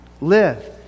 live